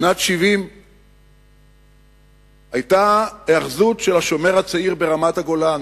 בשנת 1970 היתה היאחזות של "השומר הצעיר" ברמת-הגולן,